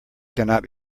cannot